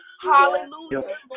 Hallelujah